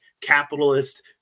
capitalist